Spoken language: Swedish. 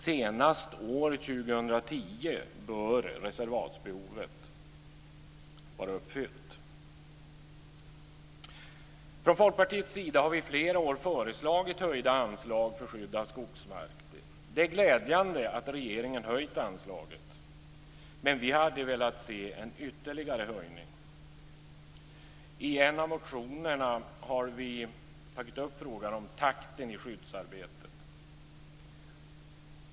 Senast år 2010 bör reservatsbehovet vara uppfyllt. Från Folkpartiets sida har vi i flera år föreslagit höjda anslag för skydd av skogsmark. Det är glädjande att regeringen höjt anslaget, men vi hade velat se en ytterligare höjning. I en motion har vi tagit upp frågan om takten i skyddsarbetet.